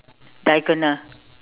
diagonal